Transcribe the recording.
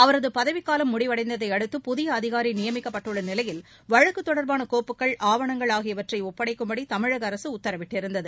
அவரது பதவிக்காலம் முடிவடைந்ததை அடுத்து புதிய அதிகாரி நியமிக்கப்பட்டுள்ள நிலையில் வழக்கு தொடர்பான கோப்புகள் ஆவணங்கள் ஆகியவற்றை ஒப்படைக்கும்படி தமிழக அரசு உத்தரவிட்டிருந்தது